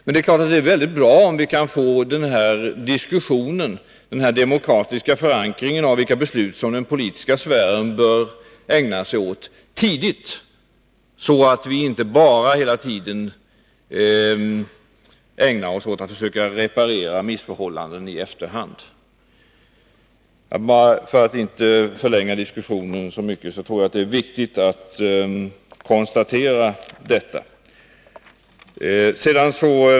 Men det är klart att det är väldigt bra om vi kan få diskussionen och den demokratiska förankringen av vilka beslut som den politiska sfären bör ägna sig åt tidigt, så att vi inte bara ägnar oss åt att försöka reparera missförhållanden i efterhand. För att inte förlänga diskussionen så mycket nöjer jag mig med att påpeka detta.